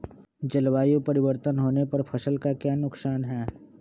जलवायु परिवर्तन होने पर फसल का क्या नुकसान है?